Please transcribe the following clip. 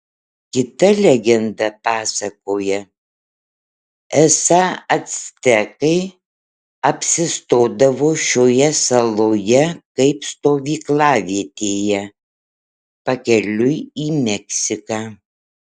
kita legenda pasakoja esą actekai apsistodavo šioje saloje kaip stovyklavietėje pakeliui į meksiką